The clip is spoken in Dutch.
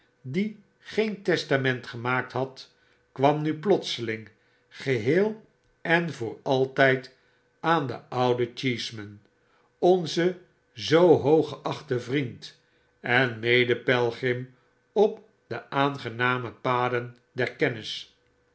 die geen testament gemaakt had kwam nu plotseling geheel en voor altyd aan den ouden cheeseman onzen zoo hooggeachten vriend en mede pelgrim op de aangename paden der